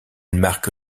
marque